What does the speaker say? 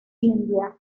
india